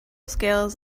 scales